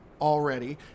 already